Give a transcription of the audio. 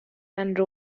and